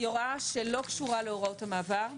היא הוראה שלא קשורה להוראות המעבר.